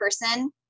person